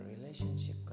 relationship